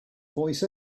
voice